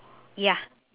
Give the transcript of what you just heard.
ya